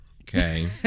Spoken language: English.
Okay